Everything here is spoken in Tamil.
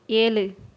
ஏழு